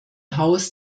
haus